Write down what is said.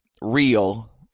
real